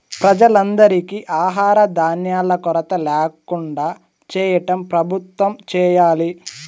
ప్రజలందరికీ ఆహార ధాన్యాల కొరత ల్యాకుండా చేయటం ప్రభుత్వం చేయాలి